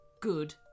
Good